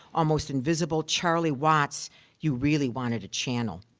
almost invisible charlie watts you really wanted to channel.